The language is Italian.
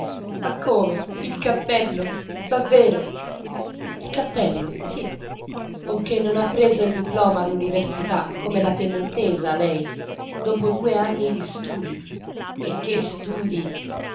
ma come il cappello davvero il cappello sì o che non ha preso il diploma all'università come la piemontesa lei dopo due anni di studii e che studii